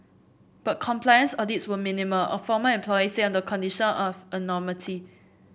but compliance audits were minimal a former employee said on the condition of anonymity